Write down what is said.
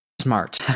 smart